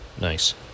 nice